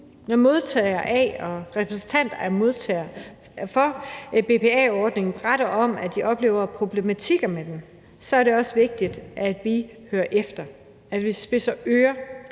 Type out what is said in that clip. Når modtagere af og repræsentanter for modtagere af BPA-ordningen beretter om, at de oplever problematikker med den, så det også vigtigt, at vi hører efter, og at vi spidser ører,